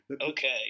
Okay